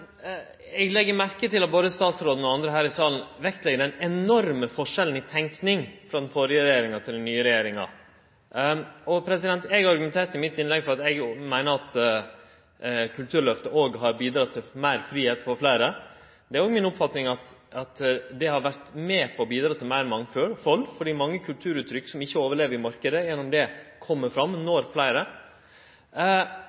Eg legg merke til at både statsråden og andre her i salen legg vekt på den enorme forskjellen i tenking frå den førre regjeringa til den nye regjeringa. Eg argumenterte i mitt innlegg for at eg meiner at òg Kulturløftet har bidratt til meir fridom for fleire. Det er mi oppfatning at det òg har vore med på å bidra til meir mangfald fordi mange kulturuttrykk som ikkje overlev i marknaden, gjennom det kjem fram